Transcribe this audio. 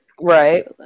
Right